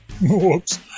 whoops